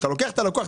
כשאתה לוקח את הלקוח,